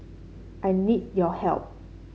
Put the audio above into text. I need your help